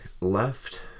left